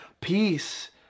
peace